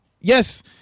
Yes